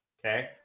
Okay